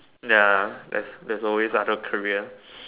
ya there's there's always other career